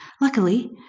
Luckily